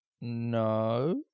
No